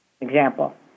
example